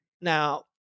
now